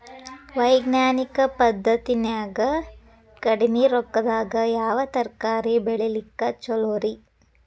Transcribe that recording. ವೈಜ್ಞಾನಿಕ ಪದ್ಧತಿನ್ಯಾಗ ಕಡಿಮಿ ರೊಕ್ಕದಾಗಾ ಯಾವ ತರಕಾರಿ ಬೆಳಿಲಿಕ್ಕ ಛಲೋರಿ?